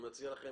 אני מציע לכם